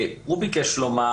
הוא ביקש לומר